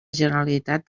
generalitat